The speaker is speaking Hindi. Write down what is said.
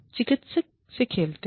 चिकित्सक से खेलते हैं